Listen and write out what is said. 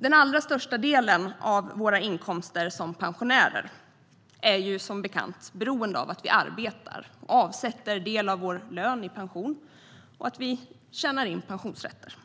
Den allra största delen av våra inkomster som pensionärer är som bekant beroende av att vi arbetar och avsätter en del av vår lön till pension och att vi tjänar in pensionsrätter.